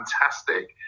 fantastic